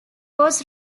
was